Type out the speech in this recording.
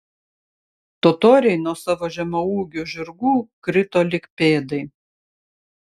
totoriai nuo savo žemaūgių žirgų krito lyg pėdai